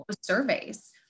surveys